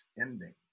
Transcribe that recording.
ending